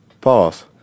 Pause